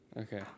Okay